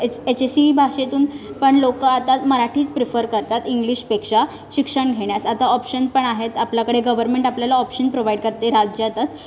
H H S C भाषेतून पण आता लोकं मराठीच प्रिफर करतात इंग्लिशपेक्षा शिक्षण घेण्यास आता ऑप्शन पण आहेत आपल्याकडे गवर्मेंट आपल्याला ऑप्शन प्रोवाईड करते राज्यातच